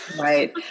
Right